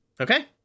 Okay